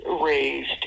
raised